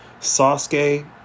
Sasuke